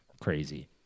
Crazy